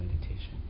meditation